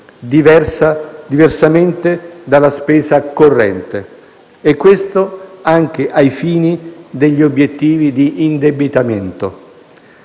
diversamente dalla spesa corrente, e questo anche ai fini degli obiettivi di indebitamento.